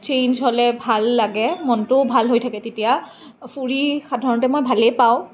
change হ'লে ভাল লাগে মনটোও ভাল হৈ থাকে তেতিয়া ফুৰি সাধাৰণতে মই ভালেই পাওঁ